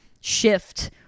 Shift